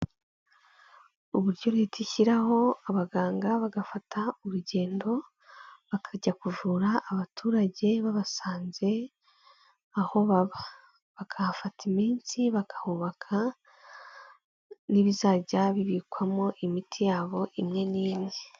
Uburyo leta ishyiraho abaganga bagafata urugendo bakajya kuvura abaturage babasanze aho baba, bakahafata iminsi bakahubaka n'ibizajya bibikwamo imiti yabo imwe n'imwe.